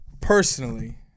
personally